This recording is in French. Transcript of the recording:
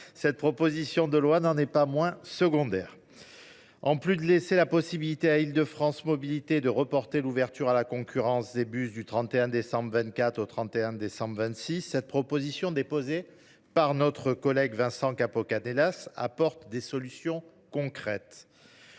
et résilience, mais elle n’est pas pour autant secondaire. En plus de laisser la possibilité à Île de France Mobilités de reporter l’ouverture à la concurrence des bus du 31 décembre 2024 au 31 décembre 2026, cette proposition de loi déposée par notre collègue Vincent Capo Canellas apporte des solutions concrètes